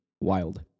wild